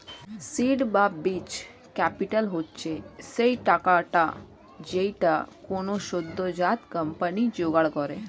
seed বা বীজ capital হচ্ছে সেই টাকাটা যেইটা কোনো সদ্যোজাত কোম্পানি জোগাড় করে